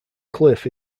cliff